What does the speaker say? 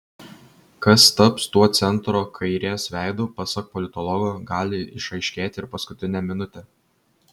kas taps tuo centro kairės veidu pasak politologo gali išaiškėti ir paskutinę minutę